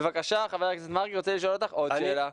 בבקשה ח"כ מרגי רוצה לשאול אותך עוד שאלה.